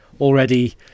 already